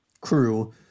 crew